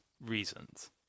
reasons